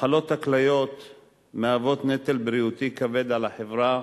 מחלות הכליות מהוות נטל בריאותי כבד על החברה,